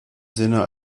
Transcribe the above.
sinne